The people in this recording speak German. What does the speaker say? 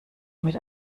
mit